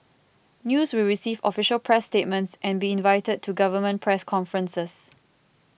news will receive official press statements and be invited to government press conferences